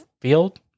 field